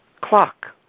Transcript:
clock